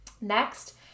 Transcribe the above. Next